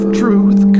truth